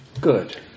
Good